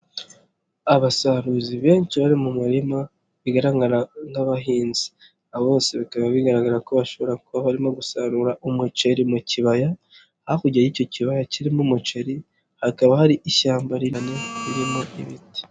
Abasaruzi benshi bari mu murima bigaragara nk'abahinzi, abo bose bikaba bigaragara ko bashobora kuba barimo gusarura umuceri mu kibaya hakurya y'icyo kibaya kirimo umuceri hakaba hari ishyamba rinini ririmo ibiti.